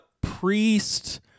priest